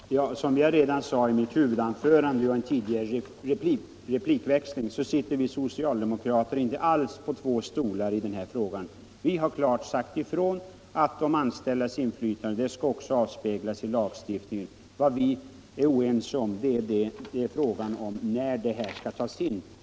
Herr talman! Som jag sade redan i mitt huvudanförande och i en tidigare replikväxling sitter vi socialdemokrater inte alls på två stolar i denna fråga. Vi har klart sagt ifrån att de anställdas inflytande också skall avspeglas i lagstiftningen. Vad vi är oense om är frågan när bestämmelserna härom skall tas in.